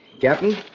Captain